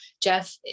Jeff